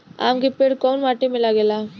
आम के पेड़ कोउन माटी में लागे ला?